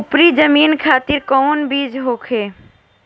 उपरी जमीन खातिर कौन बीज होखे?